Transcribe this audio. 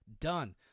Done